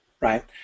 right